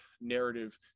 narrative